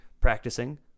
practicing